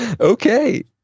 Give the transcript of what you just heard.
Okay